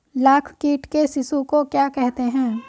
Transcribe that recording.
लाख कीट के शिशु को क्या कहते हैं?